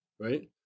right